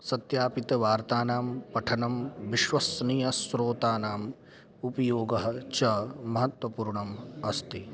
सत्यापितवार्तानां पठनं विश्वसनीयस्रोतानाम् उपयोगः च महत्त्वपूर्णम् अस्ति